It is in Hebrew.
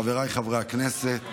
חבריי חברי הכנסת,